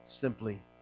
simply